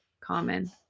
common